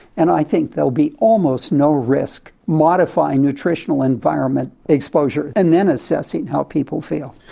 and i think there'll be almost no risk modifying nutritional environment exposure and then assessing how people feel.